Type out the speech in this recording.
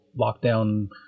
lockdown